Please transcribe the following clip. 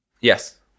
yes